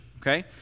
okay